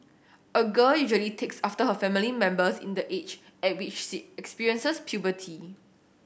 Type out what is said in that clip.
a girl usually takes after her family members in the age at which she experiences puberty